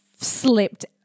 slipped